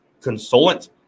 consultant